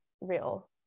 real